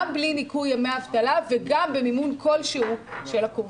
גם בלי ניכוי ימי אבטלה וגם במימון כלשהו של הקורסים.